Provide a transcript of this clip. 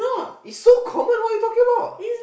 is so common what you talking about